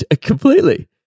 Completely